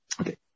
Okay